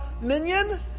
minion